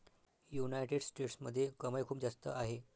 United स्टेट्समध्ये कमाई खूप जास्त आहे